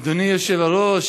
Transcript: אדוני היושב-ראש,